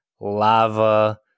lava